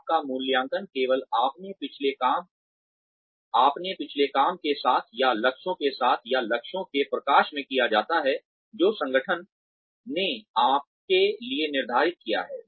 आप का मूल्यांकन केवल अपने पिछले काम के साथ या लक्ष्यों के साथ या लक्ष्यों के प्रकाश में किया जाता है जो संगठन ने आपके लिए निर्धारित किया है